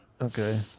Okay